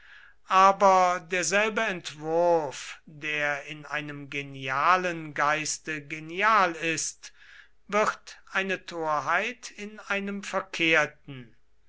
aber derselbe entwurf der in einem genialen geiste genial ist wird eine torheit in einem verkehrten